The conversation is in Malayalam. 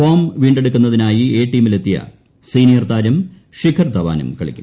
ഫോം വീണ്ടെടുക്കുന്നതിനായി എ ടീമിലെത്തിയ സീനിയർ താരം ശിഖർ ധവാനും കളിക്കും